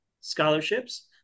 scholarships